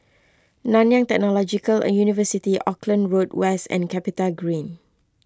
Nanyang Technological University Auckland Road West and CapitaGreen